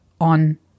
on